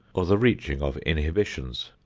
or the reaching of inhibitions.